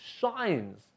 shines